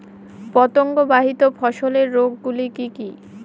পতঙ্গবাহিত ফসলের রোগ গুলি কি কি?